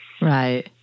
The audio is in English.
Right